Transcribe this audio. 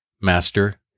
Master